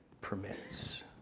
permits